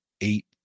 eight